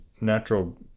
Natural